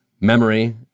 memory